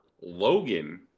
Logan